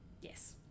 Yes